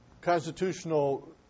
constitutional